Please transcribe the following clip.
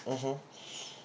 mmhmm